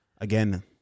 again